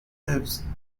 lives